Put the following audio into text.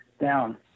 down